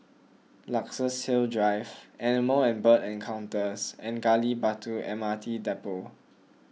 Luxus Hill Drive Animal and Bird Encounters and Gali Batu M R T Depot